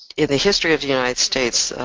in the history of the united states,